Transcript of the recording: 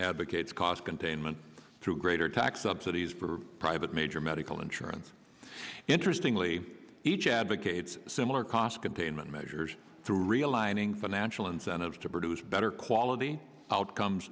advocates cost containment through greater tax subsidies for private major medical insurance interestingly each advocates similar cost containment measures through realigning financial incentives to produce better quality outcomes